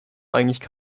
eigentlich